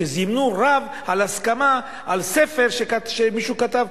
שזימנו רב על הסכמה לספר שמישהו כתב,